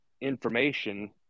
information